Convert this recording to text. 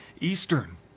Eastern